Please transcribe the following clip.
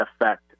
effect